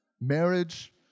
marriage